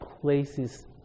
Places